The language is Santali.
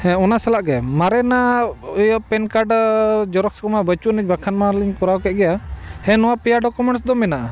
ᱦᱮᱸ ᱚᱱᱟ ᱥᱟᱞᱟᱜ ᱜᱮ ᱢᱟᱨᱮᱱᱟᱜ ᱤᱭᱟᱹ ᱯᱮᱱ ᱠᱟᱨᱰ ᱡᱮᱨᱚᱠᱥ ᱠᱚᱢᱟ ᱵᱟᱹᱪᱩᱜ ᱟᱹᱱᱤᱡ ᱵᱟᱝᱠᱷᱟᱱᱼᱢᱟᱞᱤᱧ ᱠᱚᱨᱟᱣ ᱠᱮᱜᱮᱭᱟ ᱦᱮᱸ ᱱᱚᱣᱟ ᱯᱮᱭᱟ ᱰᱚᱠᱩᱢᱮᱴᱱᱥ ᱫᱚ ᱢᱮᱱᱟᱜᱼᱟ